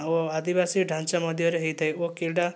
ଆଉ ଆଦିବାସୀ ଢାଞ୍ଚା ମଧ୍ୟରେ ହୋଇଥାଏ ଓ କ୍ରୀଡ଼ା